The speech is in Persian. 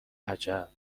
عجب